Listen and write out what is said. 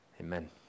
Amen